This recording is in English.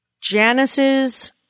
Janice's